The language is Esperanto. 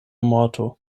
morto